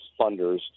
funders